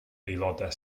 aelodau